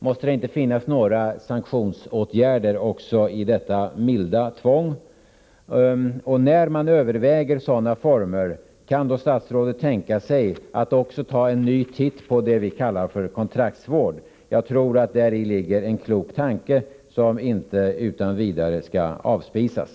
Måste det inte finnas några sanktionsåtgärder också i detta milda tvång? När man överväger dessa vårdformer — kan statsrådet tänka sig att även studera det vi kallar för kontraktsvård? Jag tror att det ligger kloka tankar bakom förslaget om kontraktsvård, och dessa bör inte utan vidare avspisas.